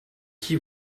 qui